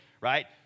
right